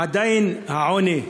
עדיין העוני,